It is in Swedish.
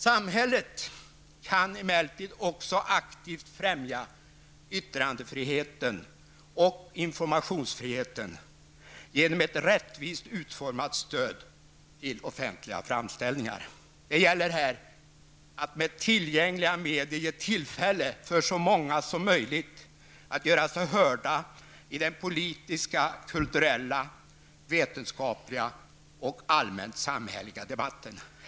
Samhället kan emellertid också aktivt främja yttrandefriheten och informationsfriheten genom ett rättvist utformat stöd till offentliga framställningar. Det gäller att med tillgängliga medel ge tillfälle för så många som möjligt att göra sig hörda i den politiska, kulturella, vetenskapliga och allmänt samhälleliga debatten.